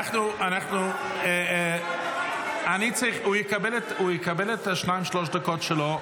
סליחה, הוא יקבל שתיים-שלוש דקות שלו.